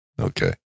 Okay